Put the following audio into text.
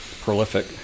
prolific